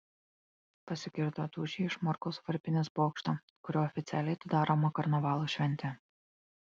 pasigirdo dūžiai iš morkaus varpinės bokšto kuriuo oficialiai atidaroma karnavalo šventė